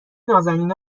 نــازنین